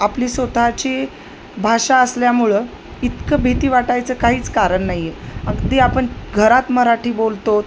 आपली स्वतःची भाषा असल्यामुळं इतकं भीती वाटायचं काहीच कारण नाही आहे अगदी आपण घरात मराठी बोलत आहोत